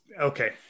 okay